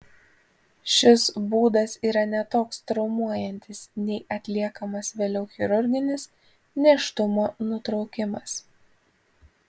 šis būdas yra ne toks traumuojantis nei atliekamas vėliau chirurginis nėštumo nutraukimas